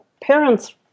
parents